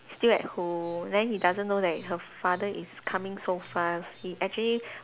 still at home then he doesn't know that her father is coming so fast he actually